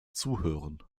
zuhören